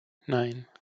nine